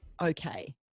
Okay